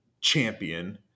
champion